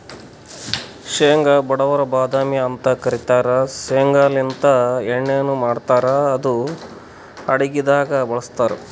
ಶೇಂಗಾ ಬಡವರ್ ಬಾದಾಮಿ ಅಂತ್ ಕರಿತಾರ್ ಶೇಂಗಾಲಿಂತ್ ಎಣ್ಣಿನು ಮಾಡ್ತಾರ್ ಇದು ಅಡಗಿದಾಗ್ ಬಳಸ್ತಾರ್